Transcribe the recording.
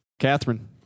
Catherine